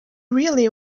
really